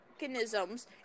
mechanisms